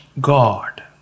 God